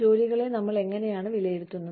ജോലികളെ നമ്മൾ എങ്ങനെയാണ് വിലയിരുത്തുന്നത്